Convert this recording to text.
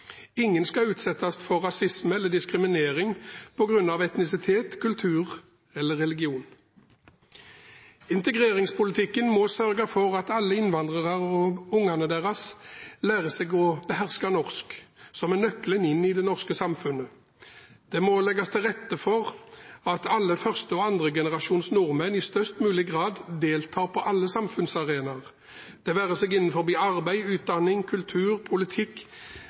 Ingen skal utsettes for rasisme eller diskriminering på grunn av etnisitet, kultur eller religion. Integreringspolitikken må sørge for at alle innvandrere og ungene deres lærer seg å beherske norsk, som er nøkkelen til det norske samfunnet. Det må legges til rette for at alle første- og andregenerasjons nordmenn i størst mulig grad deltar på alle samfunnsarenaer – det være seg innenfor arbeid, utdanning, kultur, politikk